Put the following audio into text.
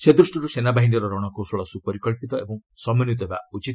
ସେ ଦୃଷ୍ଟିରୁ ସେନାବାହିନୀର ରଣକୌଶଳ ସୁପରିକ୍ଷିତ ଓ ସମନ୍ଧିତ ହେବା ଉଚିତ